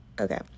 okay